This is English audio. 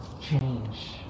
change